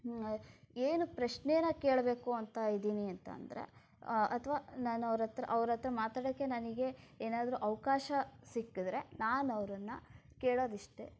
ಏನು ಪ್ರಶ್ನೆನ ಕೇಳಬೇಕು ಅಂತ ಇದ್ದೀನಿ ಅಂತಂದರೆ ಅಥವಾ ನಾನು ಅವರ ಹತ್ರ ಅವರ ಹತ್ರ ಮಾತಾಡೋಕ್ಕೆ ನನಗೆ ಏನಾದರೂ ಅವಕಾಶ ಸಿಕ್ಕಿದರೆ ನಾನು ಅವರನ್ನ ಕೇಳೋದಿಷ್ಟೇ